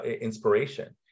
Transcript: inspiration